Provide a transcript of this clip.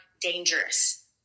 dangerous